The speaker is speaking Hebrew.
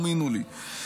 האמינו לי.